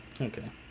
okay